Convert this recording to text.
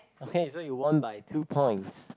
okay so you won by two points